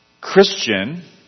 Christian